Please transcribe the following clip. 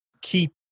keep